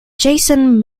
jason